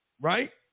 Right